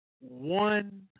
one